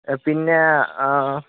പിന്നെ